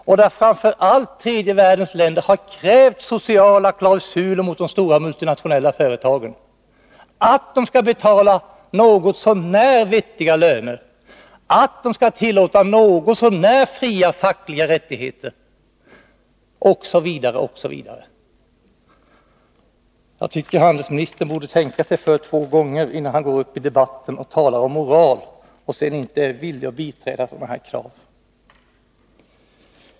Det är framför allt tredje världens länder som har krävt sociala klausuler mot de stora multinationella företagen, för att de skall betala något så när vettiga löner, tillåta något så när fria fackliga rättigheter osv. Jag tycker att handelsministern borde tänka sig för två gånger, innan han går upp i debatten och talar om moral och sedan inte är villig att biträda sådana här krav.